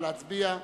נא להצביע.